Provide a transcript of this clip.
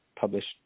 published